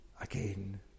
again